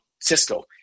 Cisco